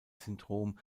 syndrom